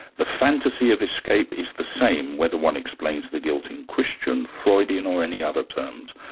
the fantasy of escape is the same, whether one explains the guilt in christian, freudian or any other terms.